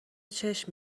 چشم